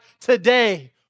today